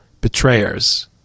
betrayers